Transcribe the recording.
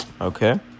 okay